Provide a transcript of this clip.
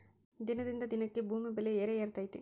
ದಿನದಿಂದ ದಿನಕ್ಕೆ ಭೂಮಿ ಬೆಲೆ ಏರೆಏರಾತೈತಿ